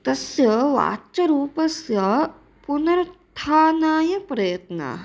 तस्य वाच्यरूपस्य पुनरुत्थानाय प्रयत्नाः